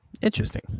Interesting